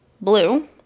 blue